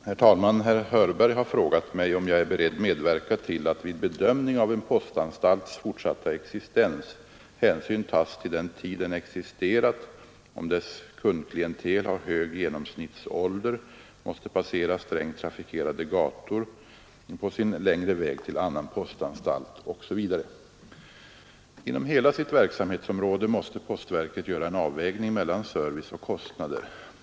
Herr talman! Herr Hörberg har frågat mig om jag är beredd medverka till att vid bedömning av en postanstalts fortsatta existens hänsyn tas till den tid den existerat, om dess kundklientel har hög genomsnittsålder och måste passera strängt trafikerade gator på sin längre väg till annan postanstalt osv. Inom hela sitt verksamhetsområde måste postverket göra en avvägning mellan service och kostnader.